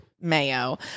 mayo